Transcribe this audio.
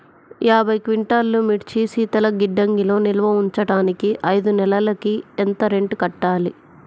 యాభై క్వింటాల్లు మిర్చి శీతల గిడ్డంగిలో నిల్వ ఉంచటానికి ఐదు నెలలకి ఎంత రెంట్ కట్టాలి?